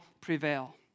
prevail